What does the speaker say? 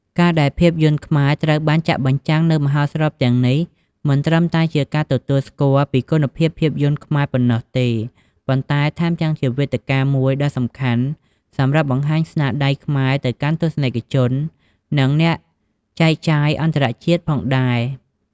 ការដែលភាពយន្តខ្មែរត្រូវបានចាក់បញ្ចាំងនៅមហោស្រពទាំងនេះ មិនត្រឹមតែជាការទទួលស្គាល់ពីគុណភាពភាពយន្តខ្មែរប៉ុណ្ណោះទេ ប៉ុន្តែថែមទាំងជាវេទិកាមួយដ៏សំខាន់សម្រាប់បង្ហាញស្នាដៃខ្មែរទៅកាន់ទស្សនិកជន និងអ្នកចែកចាយអន្តរជាតិផងដែរ។